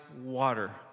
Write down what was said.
water